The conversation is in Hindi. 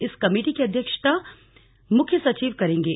इस कमेटी की अध्यक्षता मुख्य सचिव करेंगे